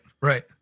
right